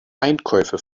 einkäufe